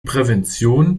prävention